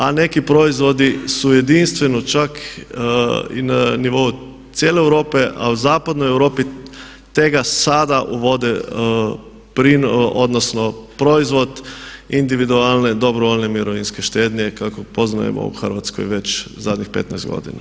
A neki proizvodi su jedinstveno čak i na nivou cijele Europe, a u Zapadnoj Europi tek ga sada uvode odnosno proizvod individualne dobrovoljne mirovinske štednje kako poznajemo u Hrvatskoj već zadnjih 15 godina.